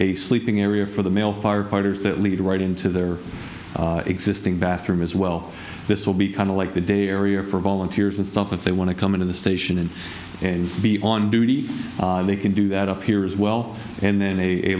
a sleeping area for the male firefighters that lead right into their existing bathroom is well this will be kind of like the day area for volunteers and stuff if they want to come into the station and be on duty they can do that up here as well and then a